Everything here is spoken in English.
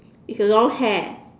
it's a long hair